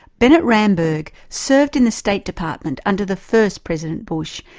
bennett ramberg served in the state department under the first president bush,